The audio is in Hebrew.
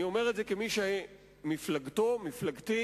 אני אומר את זה כמי שמפלגתו, מפלגתי,